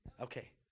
Okay